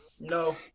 No